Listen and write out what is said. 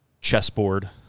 chessboard